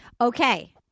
Okay